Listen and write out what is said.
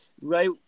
right